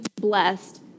blessed